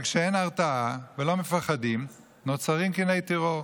אבל כשאין הרתעה ולא מפחדים, נוצרים קיני טרור.